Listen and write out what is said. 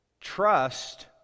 Trust